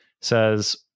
says